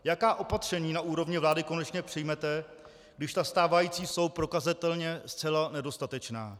Jaká opatření na úrovni vlády konečně přijmete, když ta stávající jsou prokazatelně zcela nedostatečná?